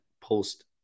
post